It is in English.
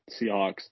Seahawks